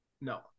No